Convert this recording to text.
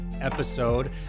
episode